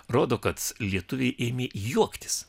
rodo kad lietuviai ėmė juoktis